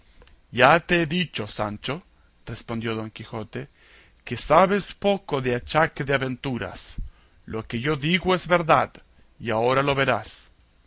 ya te he dicho sancho respondió don quijote que sabes poco de achaque de aventuras lo que yo digo es verdad y ahora lo verás